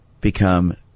become